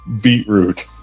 beetroot